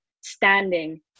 standing